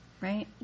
right